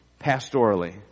Pastorally